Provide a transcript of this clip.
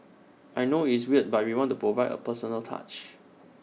I know it's weird but we want to provide A personal touch